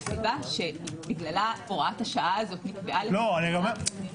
הסיבה שבגללה הוראת השעה הזאת נקבעה --- שנייה,